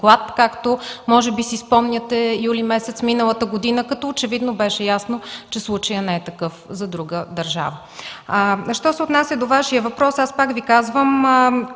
както може би си спомняте през месец юли миналата година, като очевидно беше ясно, че случаят не е такъв за друга държава. Що се отнася до Вашия въпрос, аз пак Ви казвам,